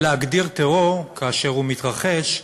להגדיר טרור כאשר הוא מתרחש,